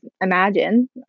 imagine